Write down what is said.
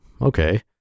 okay